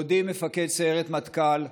בעודי מפקד סיירת מטכ"ל,